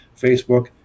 Facebook